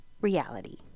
reality